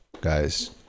guys